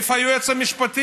ואני מסתכל על חברי כנסת מהשמאל,